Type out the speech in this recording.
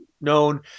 known